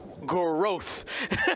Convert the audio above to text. Growth